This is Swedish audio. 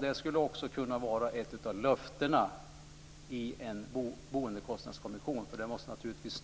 Det skulle också kunna vara ett av löftena i en boendekostnadskommission. Staten måste naturligtvis